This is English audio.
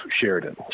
Sheridan